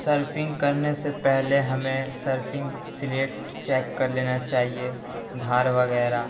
surfing کرنے سے پہلے ہمیں سرفنگ سلیٹ چیک کر لینا چاہیے دھار وغیرہ